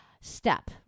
step